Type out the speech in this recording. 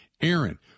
Aaron